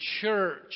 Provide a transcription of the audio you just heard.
church